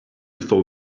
though